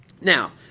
Now